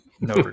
no